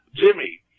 Jimmy